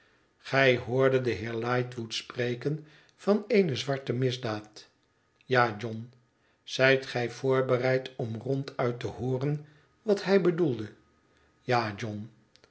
gij hoordet den heer lightwood spreken van eene zwarte misdaad ja john zijt gij voorbereid om ronduit te hooren wat hij bedoelde ja john